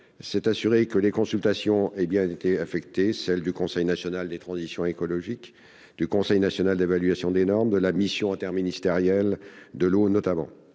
s'est assurée que les consultations avaient bien été effectuées, notamment celles du Conseil national de la transition écologique, du Conseil national d'évaluation des normes et de la mission interministérielle de l'eau.